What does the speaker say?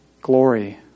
glory